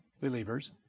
believers